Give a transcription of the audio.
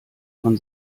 von